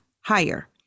higher